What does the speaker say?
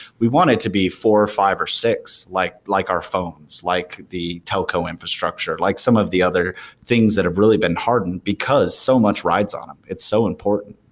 we want it to be four or five or six, like like our phone, so like the telco infrastructure, like some of the other things that have really been hardened, because so much rides on them. it's so important.